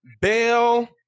bell